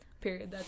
Period